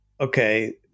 Okay